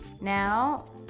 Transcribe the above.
Now